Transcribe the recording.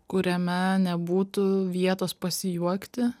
kuriame nebūtų vietos pasijuokti